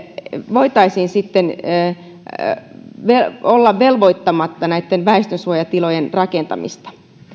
voitaisiin olla velvoittamatta näitten väestönsuojatilojen rakentamiseen